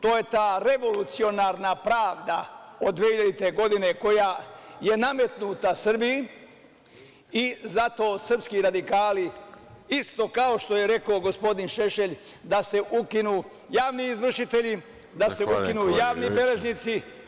To je ta revolucionarna pravda od 2000. godina koja je nametnuta Srbiji i zato srpski radikali, isto kao što je rekao gospodin Šešelj da se ukinu javni izvršitelji, da se ukinu javni beležnici.